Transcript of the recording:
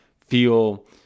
feel